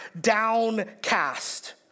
downcast